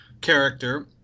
character